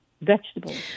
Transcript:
vegetables